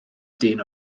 dyn